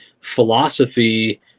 philosophy